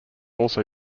also